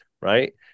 right